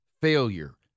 failure